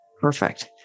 Perfect